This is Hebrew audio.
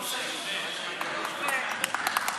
יפה.